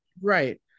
Right